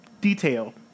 detail